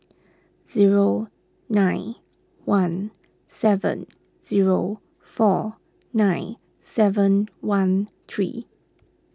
zero nine one seven zero four nine seven one three